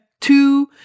two